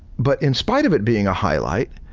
but in spite of it being a highlight,